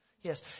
Yes